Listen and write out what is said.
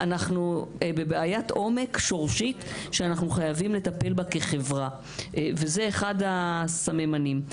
אנחנו בבעיית עומק שורשית שאנחנו חייבים לטפל בה כחברה וזה אחד הסממנים.